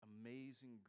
Amazing